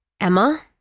Emma